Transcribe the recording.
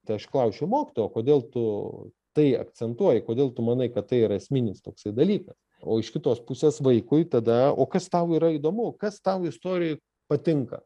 tai aš klausčiau mokytojo o kodėl tu tai akcentuoji kodėl tu manai kad tai yra esminis toksai dalykas o iš kitos pusės vaikui tada o kas tau yra įdomu kas tau istorijoj patinka